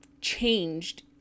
changed